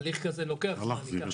הליך כזה לוקח זמן,